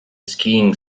skiing